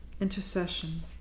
Intercession